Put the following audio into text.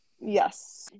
yes